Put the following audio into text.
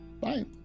Bye